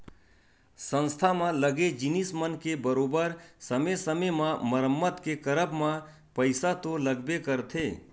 संस्था म लगे जिनिस मन के बरोबर समे समे म मरम्मत के करब म पइसा तो लगबे करथे